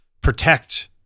protect